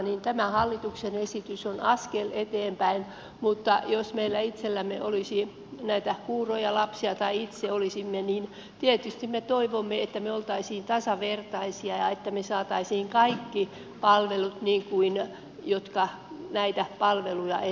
tämä hallituksen esitys on askel eteenpäin mutta jos meillä itsellämme olisi näitä kuuroja lapsia tai itse olisimme niin tietysti me toivoisimme että me olisimme tasavertaisia ja että me saisimme kaikki palvelut niin kuin ne jotka näitä palveluja eivät tarvitse